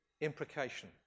imprecation